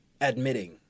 Admitting